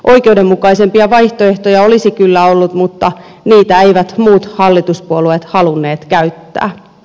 oikeudenmukaisempia vaihtoehtoja olisi kyllä ollut mutta niitä eivät muut hallituspuolueet halunneet käyttää